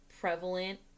prevalent